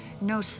no